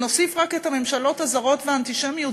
ונוסיף רק את הממשלות הזרות והאנטישמיות.